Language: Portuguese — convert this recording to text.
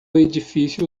edifício